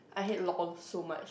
I hate lol so much